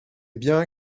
bien